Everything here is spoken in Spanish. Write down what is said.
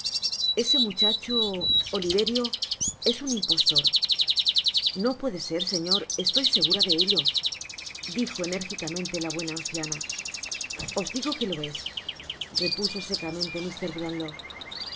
ese muchacho oliverio es un impostor no puede ser señor estoy segura de ello dijo enérgicamente la buena anciana os digo que lo es repuso secamente mr brownlow